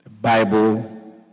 Bible